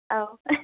औ